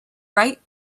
bright